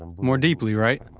more deeply, right?